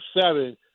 seven